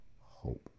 hope